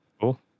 Cool